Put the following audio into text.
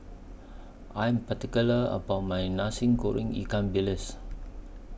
I Am particular about My Nasi Goreng Ikan Bilis